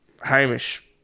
Hamish